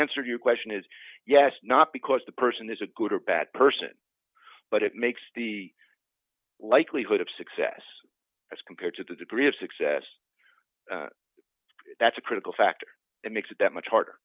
answer your question is yes not because the person is a good or bad person but it makes the likelihood of success as compared to the degree of success that's a critical factor that makes it that much harder